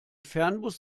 fernbus